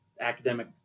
academic